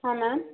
hello